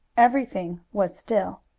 everything was still.